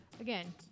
Again